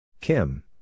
Kim